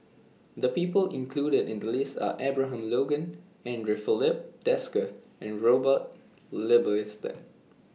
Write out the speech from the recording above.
The People included in The list Are Abraham Logan Andre Filipe Desker and Robert Ibbetson